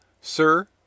sir